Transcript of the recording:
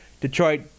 detroit